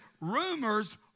rumors